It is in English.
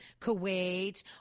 Kuwait